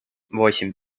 восемь